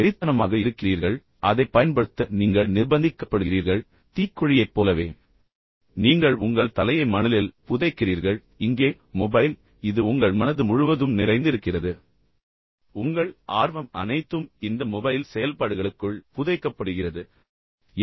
எனவே நீங்கள் வெறித்தனமாக இருக்கிறீர்கள் அதை பயன்படுத்த நீங்கள் நிர்பந்திக்கப்படுகிறீர்கள் நீங்கள் முற்றிலும் தீக்கோழியைப் போலவே நீங்கள் உண்மையில் உங்கள் தலையை மணலில் புதைக்கிறீர்கள் இங்கே மொபைல் இது உங்கள் மனது முழுவதும் நிறைந்திருக்கிறது உங்கள் ஆர்வம் அனைத்தும் இந்த மொபைல் செயல்பாடுகளுக்குள் புதைக்கப்படுகிறது பின்னர் நீங்கள் யதார்த்தத்தைக் காண முடியவில்லை